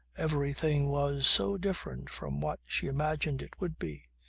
everything was so different from what she imagined it would be.